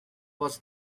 was